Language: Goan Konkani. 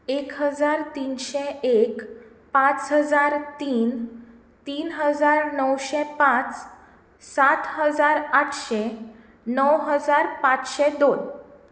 एक हजार तिनशें एक पांच हजार तीन तीन हजार णवशें पांच सात हजार आठशें णव हजार पांचशें दोन